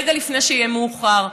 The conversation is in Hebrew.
רגע לפני שיהיה מאוחר.